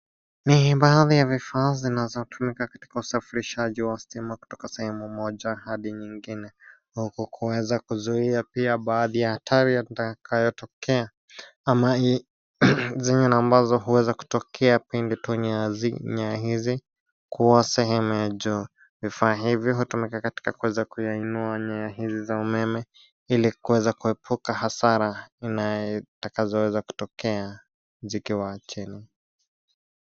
Ni baadhi ya vifaa vinavyoweeza kutumika katika usafirishaji wa stima kutoka sehemu moja hadi nyingine huku kuweza kuzuia pia baadhi ya hatari yatakayotokea ama zingine ambazo huweza kutokea pembe tu nyaya hizi kuwa sehemu ya juu vifaa hivi hutumika katika kuweza kuziinua nyaya hizi za umeme ili kuweza kuepuka hasara inayoweza kutokea zikiwa chini.